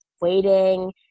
waiting